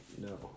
No